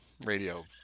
radio